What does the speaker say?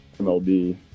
MLB